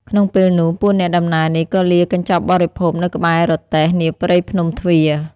ក្នុងពេលនោះ ពួកអ្នកដំណើរនេះក៏លាកញ្ចប់បរិភោគ នៅក្បែររទេះ នាព្រៃភ្នំទ្វារ ។